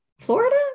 Florida